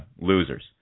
losers